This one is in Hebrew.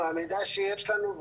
מהמידע שיש לנו,